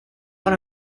dans